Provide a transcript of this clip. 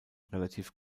relativ